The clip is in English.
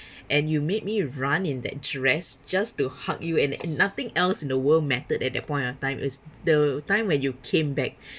and you made me run in that dress just to hug you and and nothing else in the world mattered at that point of time is the time when you came back